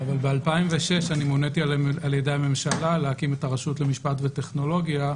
אבל ב-2006 אני מוניתי על ידי הממשלה להקים את הרשות למשפט וטכנולוגיה,